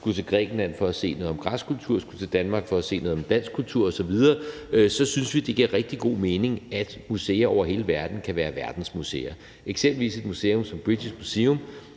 skulle til Grækenland for at se noget om græsk kultur og skulle til Danmark for at se noget om dansk kultur osv., synes vi, det giver rigtig god mening, at museer over hele verden kan være verdensmuseer, eksempelvis et museum som British Museum,